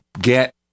get